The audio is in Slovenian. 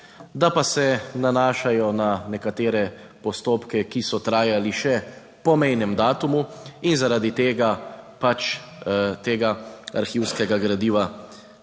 da pa se nanašajo na nekatere postopke, ki so trajali še po mejnem datumu in zaradi tega pač tega arhivskega gradiva